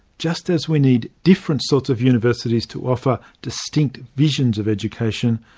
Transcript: just as we need different sorts of universities to offer distinct visions of education,